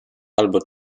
albo